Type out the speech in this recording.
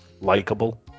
likable